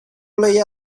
lei